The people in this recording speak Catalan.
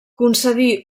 concedí